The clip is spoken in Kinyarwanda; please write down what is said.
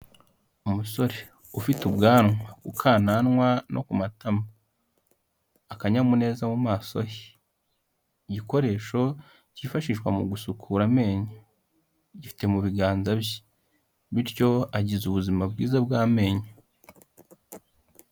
Umusore ufite ubwanwa ukananwa no ku matama akanyamuneza mu masoh igikoresho cyifashishwa mu gusukura amenyo gifite mu biganza bye bityo agize ubuzima bwiza bw'amenyo.